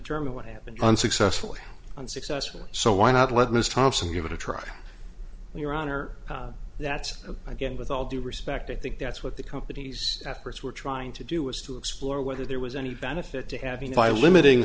determine what happened unsuccessfully unsuccessfully so why not let ms thompson give it a try your honor that's again with all due respect i think that's what the company's efforts were trying to do was to explore whether there was any benefit to having by limiting